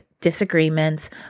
disagreements